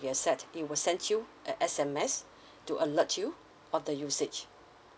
you have set it will send you a S_M_S to alert you of the usage